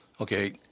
Okay